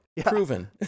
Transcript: Proven